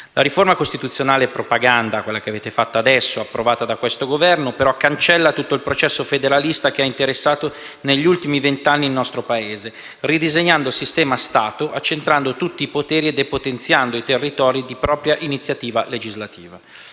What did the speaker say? La riforma costituzionale propaganda - approvata adesso da questo Governo - cancella tutto il processo federalista che ha interessato negli ultimi vent'anni il nostro Paese, ridisegnando il sistema Stato, accentrando tutti i poteri e depotenziando i territori di propria iniziativa legislativa.